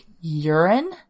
urine